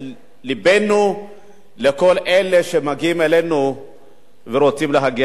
לבנו לכל אלה שמגיעים אלינו ורוצים להגיע אלינו.